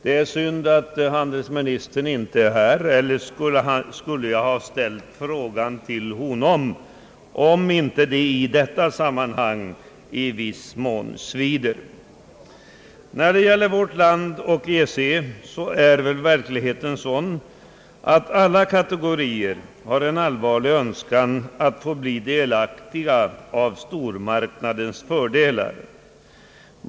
Det är synd att handelsministern inte längre är här i kammaren, eljest skulle jag ha ställt frågan till honom, om det inte i detta sammanhang i viss mån svider. När det gäller vårt land och EEC är väl verkligheten sådan, att alla kategorier har en allvarlig önskan att få bli delaktiga av stormarknadens fördelar.